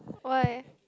why